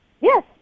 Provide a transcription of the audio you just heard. Yes